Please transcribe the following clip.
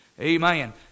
Amen